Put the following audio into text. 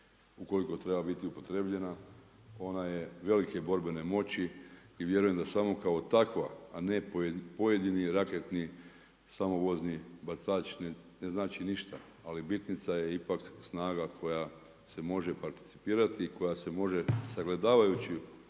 Ukoliko treba biti upotrebljena, ona je velike borbene moći i vjerujem da samo kao takva a ne pojedini raketni samovozni bacači ne znači ništa, ali bitnica je ipak snaga koja se može participirati i koja se može sagledavajući